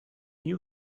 you